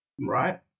right